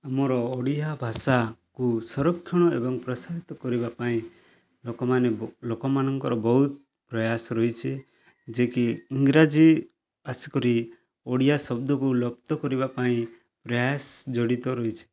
ଆମର ଓଡ଼ିଆ ଭାଷାକୁ ସଂରକ୍ଷଣ ଏବଂ ପ୍ରୋତ୍ସାହିତ କରିବା ପାଇଁ ଲୋକମାନେ ଲୋକମାନଙ୍କର ବହୁତ ପ୍ରୟାସ ରହିଛି ଯେକି ଇଂରାଜୀ ଆସି କରି ଓଡ଼ିଆ ଶବ୍ଦକୁ ଲୁପ୍ତ କରିବା ପାଇଁ ପ୍ରୟାସ ଜଡ଼ିତ ରହିଛି